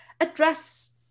address